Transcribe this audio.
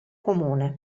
comune